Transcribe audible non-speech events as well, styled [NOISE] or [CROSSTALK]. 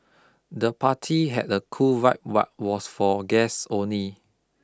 the party had a cool vibe [UNINTELLIGIBLE] was for guests only